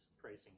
praising